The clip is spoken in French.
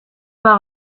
par